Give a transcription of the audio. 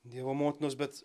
dievo motinos bet